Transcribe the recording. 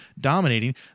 dominating